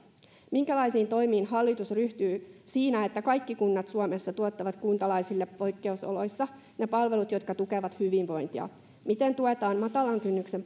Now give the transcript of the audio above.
minkälaisiin toimiin hallitus ryhtyy siinä että kaikki kunnat suomessa tuottavat kuntalaisille poikkeusoloissa ne palvelut jotka tukevat hyvinvointia miten tuetaan matalan kynnyksen